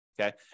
okay